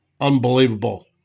unbelievable